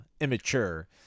immature